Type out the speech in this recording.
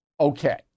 Okay